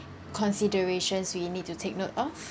considerations we need to take note of